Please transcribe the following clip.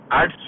add